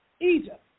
Egypt